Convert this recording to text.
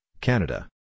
Canada